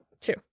True